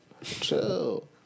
Chill